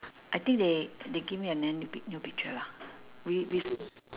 I think they they give me a n~ new pic~ new picture lah we we s~